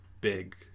big